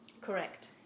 Correct